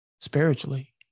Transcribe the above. spiritually